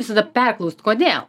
visada perklaust kodėl